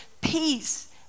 peace